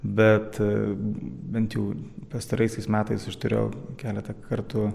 bet bent jau pastaraisiais metais aš turėjau keletą kartų